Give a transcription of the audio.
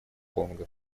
конго